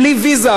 בלי ויזה,